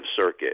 circuit